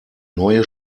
neue